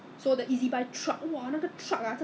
one box 好像是十几十块钱 ah and then